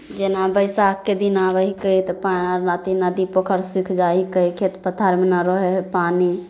जेना बैशाखके दिन आबै हिके तऽ पा अथि नदी पोखरि सूखि जाइ हिके खेत पथारमे न रहै हइ पानि